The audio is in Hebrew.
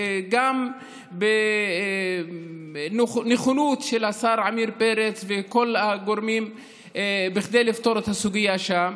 גם עם נכונות של השר עמיר פרץ וכל הגורמים כדי לפתור את הסוגיה שם.